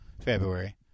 february